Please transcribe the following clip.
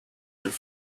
their